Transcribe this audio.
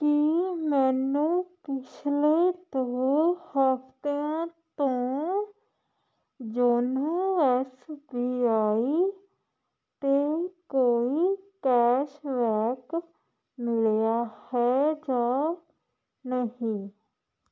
ਕੀ ਮੈਨੂੰ ਪਿਛਲੇ ਦੋ ਹਫਤਿਆਂ ਤੋਂ ਯੋਨੋ ਐੱਸ ਬੀ ਆਈ 'ਤੇ ਕੋਈ ਕੈਸ਼ ਬੈਕ ਮਿਲਿਆ ਹੈ ਜਾਂ ਨਹੀਂ